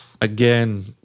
Again